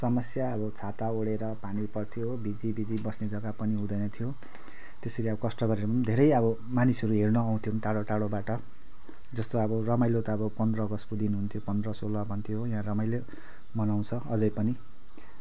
समस्या अब छाता ओडेर पानी पर्थ्यो हो भिझि भिझी बस्ने जग्गा पनि हुँदैन थियो त्यसरी अब कष्ट गरेर पनि धेरै अब मानिस हेर्न आउँथ्यौँ टाडो टाडोबाट जस्तो अब रमाईलो त पन्ध्र अगस्तको दिन हुन्थ्यो पन्ध्र सोह्र भन्थ्यो हो यहाँ रमाईलो मनाउँछ अझै पनि